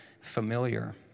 familiar